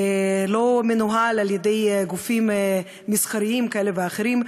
שאינו מנוהל על-ידי גופים מסחריים כאלה ואחרים,